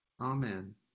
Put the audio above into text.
Amen